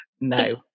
No